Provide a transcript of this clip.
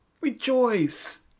Rejoice